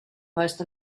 most